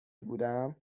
بودم